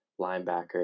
linebacker